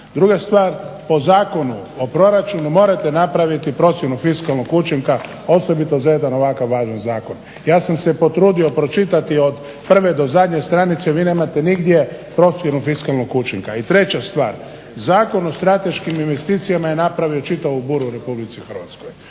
Druga stvar, po Zakonu o proračunu morate napraviti procjenu fiskalnog učinka osobito za jedan ovako važan zakon. Ja sam se potrudio pročitati od prve do zadnje stranice. Vi nemate nigdje procjenu fiskalnog učinka. I treća stvar Zakon o strateškim investicijama je napravio čitavu buru u RH.